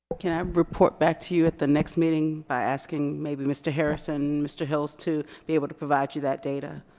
can i report back to you at the next meeting by asking maybe mr. harrison and mr. hills to be able to provide you that data.